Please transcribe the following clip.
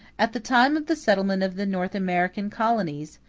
at the time of the settlement of the north american colonies,